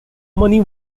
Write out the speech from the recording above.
money